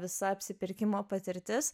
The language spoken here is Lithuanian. visa apsipirkimo patirtis